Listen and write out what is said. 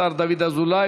השר דוד אזולאי,